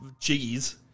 Jiggies